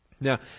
Now